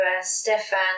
Stefan